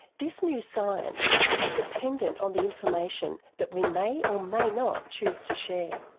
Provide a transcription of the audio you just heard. this new science is dependent on the information that we may or may not choose to share.